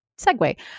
segue